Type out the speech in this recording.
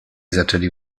zaczęli